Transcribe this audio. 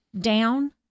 down